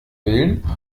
willen